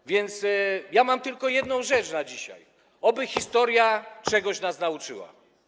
A więc mam tylko jedną rzecz na dzisiaj: oby historia czegoś nas nauczyła.